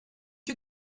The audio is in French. que